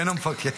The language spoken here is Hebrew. כן, המפקדת.